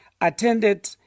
attended